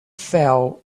fell